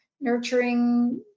nurturing